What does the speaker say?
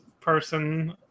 person